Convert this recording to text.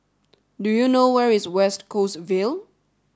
do you know where is West Coast Vale